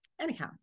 anyhow